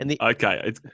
Okay